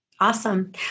Awesome